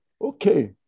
Okay